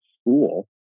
school